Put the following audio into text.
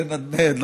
לנדנד,